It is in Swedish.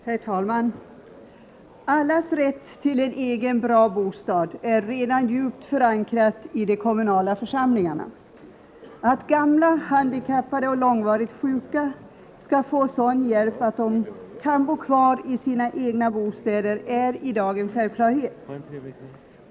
Herr talman! Allas rätt till en egen bra bostad är redan djupt förankrad i de kommunala församlingarna. Att gamla, handikappade och långvarigt sjuka skall få sådan hjälp att de kan bo kvar i sina egna bostäder är i dag en självklarhet.